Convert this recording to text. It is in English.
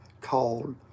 called